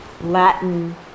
Latin